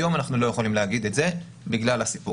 היום אנחנו לא יכולים להגיד את זה בגלל הסיפור הזה.